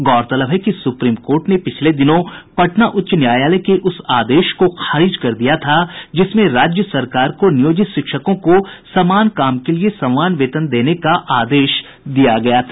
गौरतलब है कि सुप्रीम कोर्ट ने पिछले दिनों पटना उच्च न्यायालय के उस आदेश को खारिज कर दिया था जिसमें राज्य सरकार को नियोजित शिक्षकों को समान काम के लिए समान वेतन देने का आदेश दिया गया था